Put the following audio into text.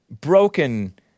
broken